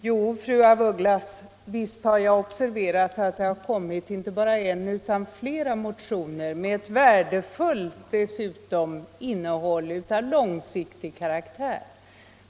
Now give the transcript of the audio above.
Herr talman! Visst har jag observerat att det har kommit inte bara en utan flera motioner, fru af Ugglas. De har dessutom ett värdefullt innehåll av långsiktig karaktär, jag vill inte förneka det.